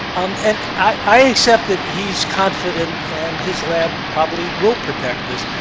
um and i accept that he's confident, and his lab probably will protect this.